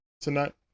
tonight